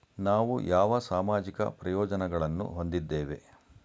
ನಾವು ಯಾವ ಸಾಮಾಜಿಕ ಪ್ರಯೋಜನಗಳನ್ನು ಹೊಂದಿದ್ದೇವೆ?